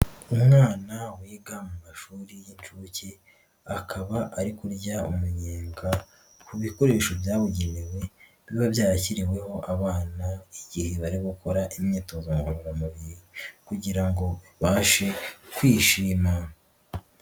Umwana wiga mu mashuri y'inshuke, akaba ari kurya umunyenga ku bikoresho byabugenewe, biba byarashyiriweho abana igihe barimo gukora imyitozo ngororamubiri kugira ngo babashe kwishima.